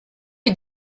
est